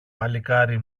παλικάρι